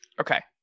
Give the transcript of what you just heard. Okay